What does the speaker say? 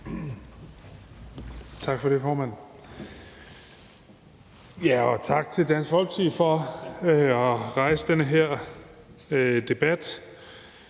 Tak for det, formand, og tak til Dansk Folkeparti for at rejse den her debat.